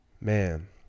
man